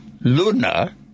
Luna